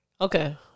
Okay